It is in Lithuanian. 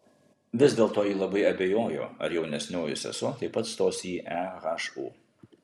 vis dėlto ji labai abejojo ar jaunesnioji sesuo taip pat stos į ehu